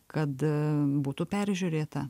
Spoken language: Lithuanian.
kad būtų peržiūrėta